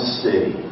city